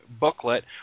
booklet